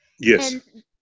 Yes